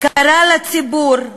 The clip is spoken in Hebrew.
קרא לציבור: